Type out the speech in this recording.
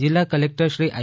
જિલ્લાઅ કલેકટરશ્રી આઇ